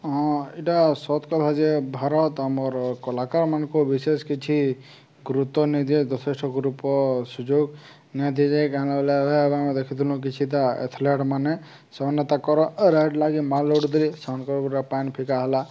ହଁ ଇ'ଟା ସତ୍ କଥା ଯେ ଭାରତ୍ ଆମର୍ କଳାକାର୍ମାନ୍ଙ୍କୁ ବିଶେଷ୍ କିଛି ଗୁରୁତ୍ୱ ନି ଦିଏ ସୁଯୋଗ୍ ନାଇ ଦିଆଯାଏ ଗାଁ ଗହଲି ଆମେ ଦେଖିଥିଲୁ କିଛି ତା ଏଥଲେଟ୍ ମାନେ ସେମାନେ ତାଙ୍କର୍ ରାାଇଟ୍ ଲାଗି ମାଡ଼୍ ଲଢୁଥିଲେ ସେମାନ୍ଙ୍କର୍ ଉପ୍ରେ ପାଏନ୍ ଫିକା ହେଲା